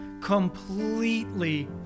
completely